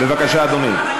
בבקשה, אדוני.